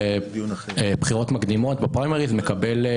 מעבר לזה